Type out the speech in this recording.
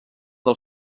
del